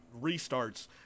restarts